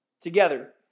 together